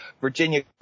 Virginia